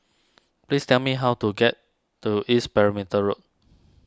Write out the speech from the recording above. please tell me how to get to East Perimeter Road